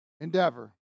endeavor